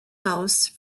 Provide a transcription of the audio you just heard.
house